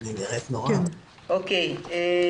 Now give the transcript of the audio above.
אני רכז צוות מועדונים חברתיים ורכז קו חירום באגודה.